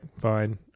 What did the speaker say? Fine